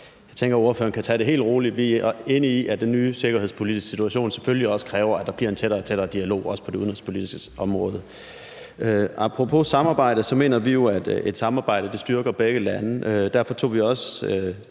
jeg tænker, at ordføreren kan tage det helt roligt. Vi er enige i, at den nye sikkerhedspolitiske situation selvfølgelig kræver, at der bliver en tættere og tættere dialog, også på det udenrigspolitiske område. Apropos samarbejde mener vi jo, at et samarbejde styrker begge lande. Derfor tog vi også